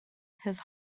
his